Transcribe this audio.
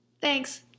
Thanks